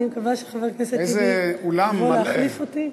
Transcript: אני מקווה שחבר הכנסת טיבי אמור להחליף אותי.